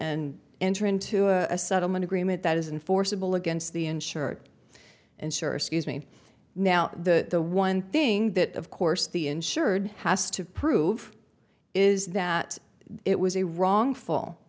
and enter into a settlement agreement that isn't forcible against the insured insurer scuse me now the one thing that of course the insured has to prove is that it was a wrongful